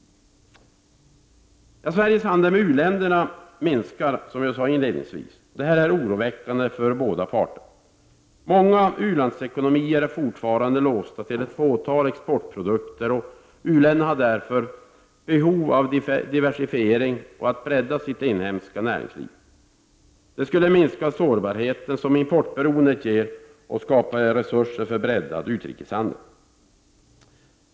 Sveriges handel med u-länderna minskar som sagt. Det är oroväckande för båda parter. Många u-landsekonomier är fortfarande låsta till ett fåtal exportprodukter, och u-länderna har därför behov av diversifiering och av att bredda sitt inhemska näringsliv. Det skulle minska den sårbarhet som importberoendet ger och skapa resurser för breddad utrikeshandel.